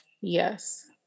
yes